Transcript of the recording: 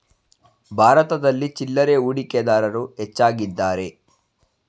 ಭಾರತದಲ್ಲಿ ಚಿಲ್ಲರೆ ಹೂಡಿಕೆದಾರರು ಹೆಚ್ಚಾಗಿದ್ದಾರೆ